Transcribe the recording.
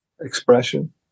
expression